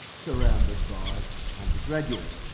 surrounded by undergraduates.